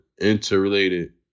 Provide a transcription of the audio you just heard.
interrelated